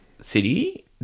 City